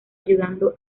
ayudando